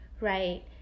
right